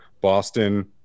Boston